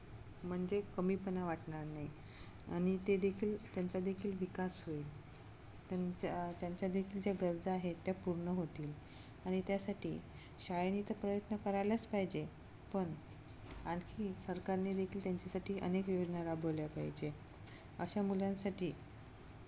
म्हणजे कमीपणा वाटणार नाही आणि ते देखील त्यांचादेखील विकास होईल त्यांचा त्यांच्यादेखील ज्या गरजा आहेत त्या पूर्ण होतील आणि त्यासाठी शाळेने तर प्रयत्न करायलाच पाहिजे पण आणखी सरकारने देखील त्यांच्यासाठी अनेक योजना राबवल्या पाहिजे अशा मुलांसाठी